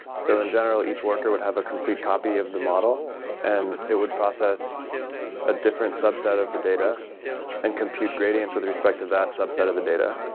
so in general, each worker would have a complete copy of the model and it would process a different subset of the data and compute gradients with respect to that subset of the data.